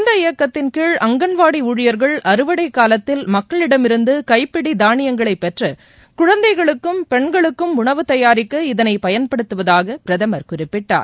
இந்த இயக்கத்தின்கீழ் அங்கன்வாடி ஊழியர்கள் அறுவடை காலத்தில் மக்களிடமிருந்து கைப்பிடி தானியங்களை பெற்று குழந்தைகளுக்கும் பெண்களுக்கும் உணவு தயாரிக்க இதனை பயன்படுத்துவதாக பிரதமர் குறிப்பிட்டார்